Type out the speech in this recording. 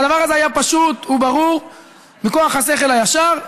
והדבר הזה היה פשוט וברור מכוח השכל הישר,